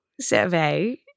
survey